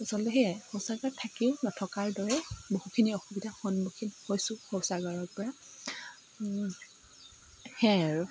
আচলতে সেয়াই শৌচাগাৰ থাকিও নথকাৰ দৰে বহুখিনি অসুবিধাৰ সন্মুখীন হৈছোঁ শৌচাগাৰৰ পৰা সেয়াই আৰু